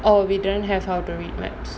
oh we don't have how to read maps